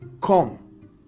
Come